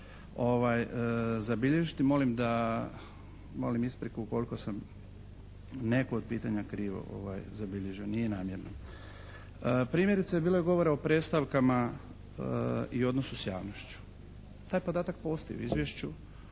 zabilježiti. Molim ispriku ukoliko sam neko od pitanja krivo zabilježio, nije namjerno. Primjerice, bilo je govora o predstavkama i odnosu s javnošću. Taj podatak postoji u izvješću,